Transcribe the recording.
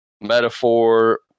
metaphor